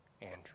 andrew